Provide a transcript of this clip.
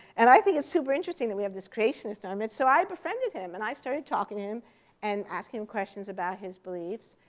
and i think it's super interesting that we have this creationist in our midst, so i befriended him. and i started talking to him and asking him questions about his beliefs.